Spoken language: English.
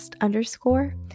underscore